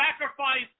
sacrifice